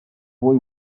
boy